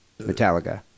Metallica